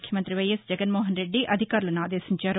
ముఖ్యమంత్రి వైఎస్ జగన్మోహన్ రెద్ది అధికారులను ఆదేశించారు